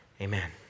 Amen